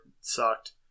Sucked